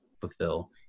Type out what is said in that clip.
fulfill